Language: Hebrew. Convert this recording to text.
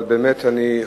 תודה,